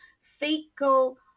fecal